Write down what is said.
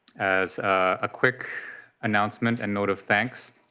as a quick announcement and note of thanks,